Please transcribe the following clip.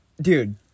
dude